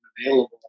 available